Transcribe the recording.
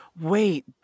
Wait